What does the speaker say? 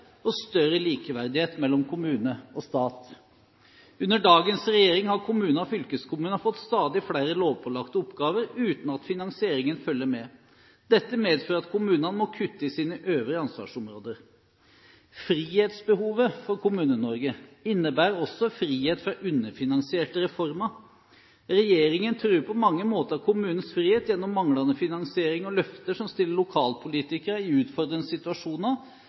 og større likeverdighet mellom kommune og stat. Under dagens regjering har kommuner og fylkeskommuner fått stadig flere lovpålagte oppgaver uten at finansieringen følger med. Dette medfører at kommunene må kutte i sine øvrige ansvarsområder. Frihetsbehovet for Kommune-Norge innebærer også frihet fra underfinansierte reformer. Regjeringen truer på mange måter kommunenes frihet gjennom manglende finansiering og løfter som stiller lokalpolitikere i utfordrende situasjoner,